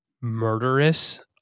murderous